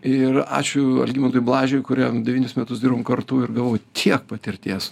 ir ačiū algimantui blažiui kuriam devynis metus dirbom kartu ir gavau tiek patirties